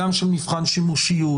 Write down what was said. גם של מבחן שימושיות.